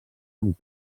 amb